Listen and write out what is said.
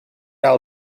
i’ll